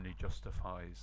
justifies